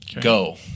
Go